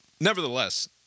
nevertheless